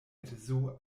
edzo